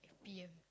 P_M